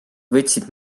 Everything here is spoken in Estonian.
võtsid